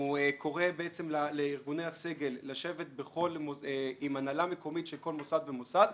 הוא קורא בעצם לארגוני הסגל לשבת עם הנהלה מקומית של כל מוסד ומוסד,